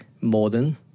modern